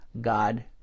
God